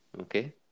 Okay